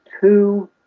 two